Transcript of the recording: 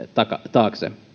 taakse